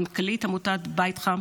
מנכ"לית עמותת בית חם